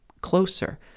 closer